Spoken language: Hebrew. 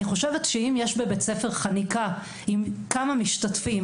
אני חושבת שאם יש בבית-ספר חניקה עם כמה משתתפים,